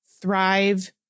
thrive